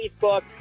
Facebook